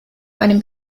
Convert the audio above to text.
einem